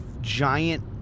giant